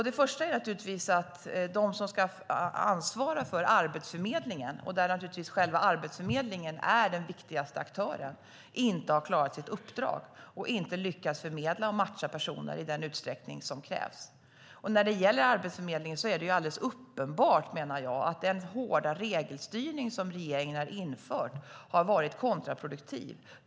Det första är att de som ska ansvara för arbetsförmedlingen - där är naturligtvis själva Arbetsförmedlingen den viktigaste aktören - inte har klarat sitt uppdrag och inte lyckats förmedla och matcha i den utsträckning som krävs. När det gäller Arbetsförmedlingen är det alldeles uppenbart, menar jag, att den hårda regelstyrning som regeringen har infört har varit kontraproduktiv.